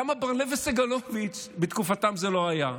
למה, בר לב וסגלוביץ', בתקופתם זה לא היה?